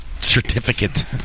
Certificate